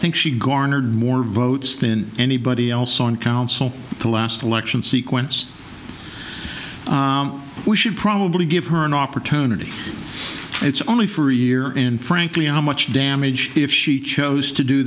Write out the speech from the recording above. think she garnered more votes than anybody else on council the last election sequence we should probably give her an opportunity it's only for a year and frankly how much damage if she chose to do